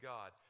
God